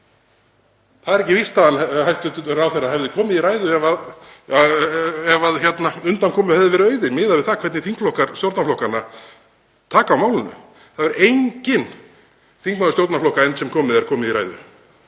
Það er ekki víst að hæstv. ráðherra hefði komið í ræðu ef undankomu hefði verið auðið, miðað við það hvernig þingflokkar stjórnarflokkanna taka á málinu. Það hefur enginn þingmaður stjórnarflokka enn sem komið er komið í ræðu